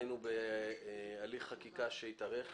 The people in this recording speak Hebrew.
היינו בהליך חקיקה שהתארך